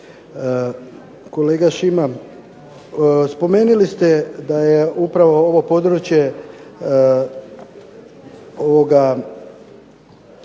Kolega Šima, spomenuli ste da je upravo ovo područje ovoga